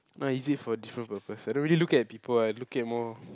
not easy for different purpose I don't really look at people I look at more